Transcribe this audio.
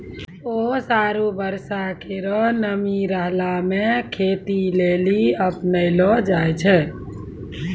ओस आरु बर्षा केरो नमी रहला सें खेती लेलि अपनैलो जाय छै?